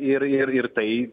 ir ir ir tai